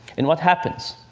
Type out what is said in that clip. and what happens?